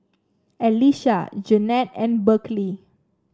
Elisha Jeannette and Berkley